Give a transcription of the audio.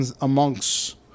amongst